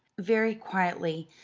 very quietly,